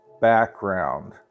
background